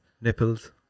nipples